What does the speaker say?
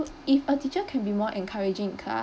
if a teacher can be more encouraging in class